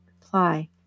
reply